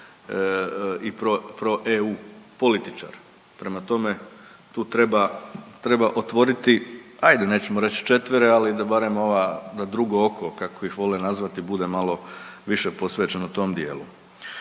proEU političar. Prema tome tu treba, treba otvoriti, ajde nećemo reć četvera ali da barem ova da drugo oko kako ih vole nazvati bude malo više posvećeno tom dijelu.